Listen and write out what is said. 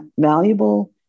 valuable